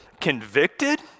convicted